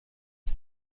این